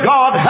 God